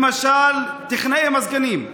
למשל טכנאי מזגנים,